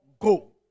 go